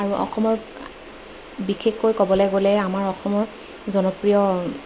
আৰু অসমৰ বিশেষকৈ ক'বলে গ'লে আমাৰ অসমৰ জনপ্ৰিয়